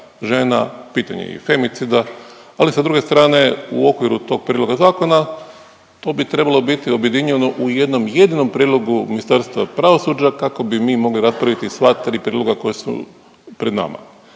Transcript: žena, pitanje je i femicida, ali sa druge strane u okviru tog prijedloga zakona to bi trebalo biti objedinjeno u jednom jedinom prijedlogu Ministarstva pravosuđa kako bi mi mogli raspraviti sva tri prijedloga koja su pred nama.